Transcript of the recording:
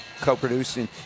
co-producing